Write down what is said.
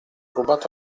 rubato